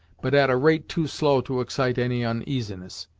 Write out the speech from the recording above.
but at a rate too slow to excite any uneasiness.